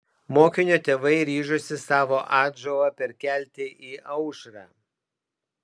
mokinio tėvai ryžosi savo atžalą perkelti į aušrą